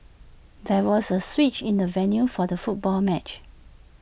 there was A switch in the venue for the football match